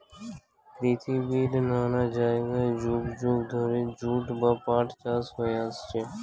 পৃথিবীর নানা জায়গায় যুগ যুগ ধরে জুট বা পাট চাষ হয়ে আসছে